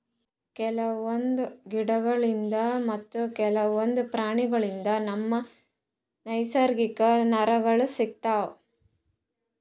ಕೆಲವೊಂದ್ ಗಿಡಗೋಳ್ಳಿನ್ದ್ ಮತ್ತ್ ಕೆಲವೊಂದ್ ಪ್ರಾಣಿಗೋಳ್ಳಿನ್ದ್ ನಮ್ಗ್ ನೈಸರ್ಗಿಕವಾಗ್ ನಾರ್ಗಳ್ ಸಿಗತಾವ್